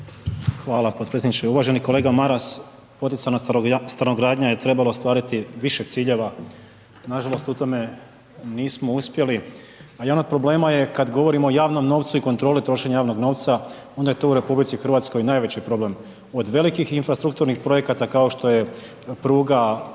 Hvala potpredsjedniče, uvaženi kolega Maras poticajna stanogradnja je treba ostvariti više ciljeva, nažalost u tome nismo uspjeli, a i onog problema je kad govorimo o javnom novcu i kontroli trošenja javnog novca onda je to u RH najveći problem. Od velikih infrastrukturnih projekata kao što je pruga od